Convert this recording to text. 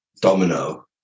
Domino